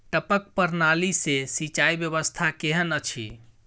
टपक प्रणाली से सिंचाई व्यवस्था केहन अछि?